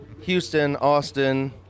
Houston-Austin